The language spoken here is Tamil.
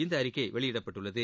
இந்த அறிக்கை வெளியிடப்பட்டுள்ளது